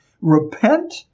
repent